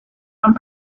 and